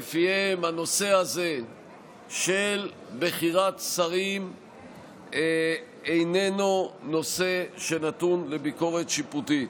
ולפיהם הנושא הזה של בחירת שרים איננו נושא שנתון לביקורת שיפוטית.